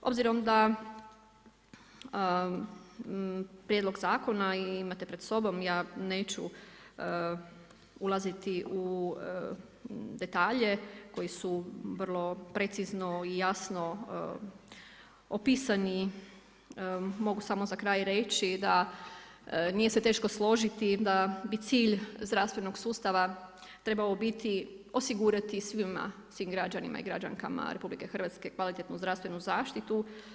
Obzirom da prijedlog zakona i imate pred sobom, ja neću ulaziti u detalje, koji su vrlo precizno i jasno opisani, mogu samo za kraj reći, nije se teško složiti da bi cilj zdravstvenog sustava trebao biti odigrati svima, svim građanima i građankama RH kvalitetnu zdravstvenu zaštitu.